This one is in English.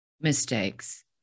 mistakes